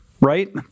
right